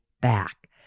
back